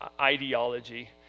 ideology